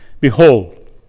Behold